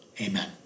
Amen